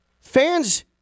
Fans